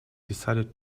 decided